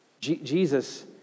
Jesus